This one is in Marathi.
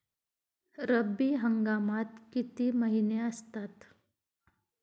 रब्बी हंगामात किती महिने असतात?